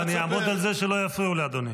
ואני אעמוד על זה שלא יפריעו לאדוני.